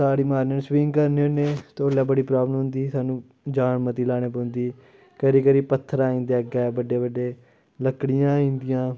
तारी मारने होन्ने स्विमिंग करने होन्ने ते उल्लै बड़ी प्राब्लम होंदी सानूं जान मती लाना पौंदी कदें कदें पत्थर आई जंदे अग्गें बड्डे बड्डे लक्कड़ियां आई जंदियां